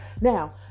Now